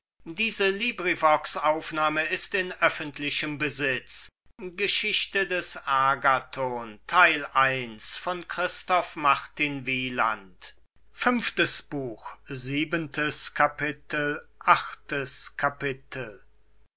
geschichte des agathon von christoph martin wieland